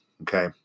okay